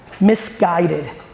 misguided